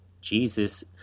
Jesus